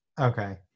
Okay